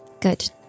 Good